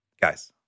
Guys